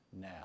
now